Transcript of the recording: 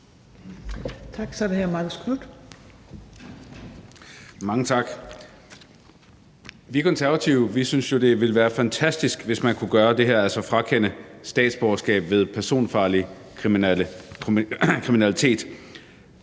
Marcus Knuth (KF): Mange tak. Vi Konservative synes jo, det ville være fantastisk, hvis man nu kunne gøre det her, altså frakende statsborgerskab ved personfarlig kriminalitet.